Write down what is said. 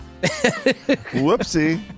Whoopsie